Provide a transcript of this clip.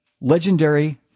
legendary